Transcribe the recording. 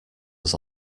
was